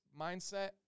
mindset